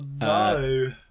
no